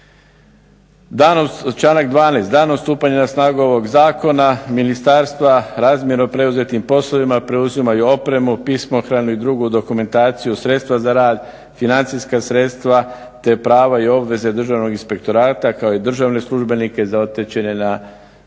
čitam. Članak 12. Danom stupanja na snagu ovoga Zakona Ministarstva razmjerno preuzetim poslovima preuzimaju opremu, pismohranu i drugu dokumentaciju, sredstva za rad, financijska sredstva te prava i obveze Državnog inspektorata kao i državne službenike zatečene na preuzetim